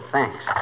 Thanks